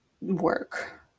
work